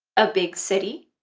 a big city,